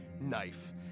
knife